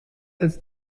als